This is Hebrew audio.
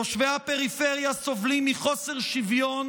תושבי הפריפריה סובלים מחוסר שוויון